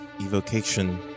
Evocation